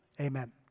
Amen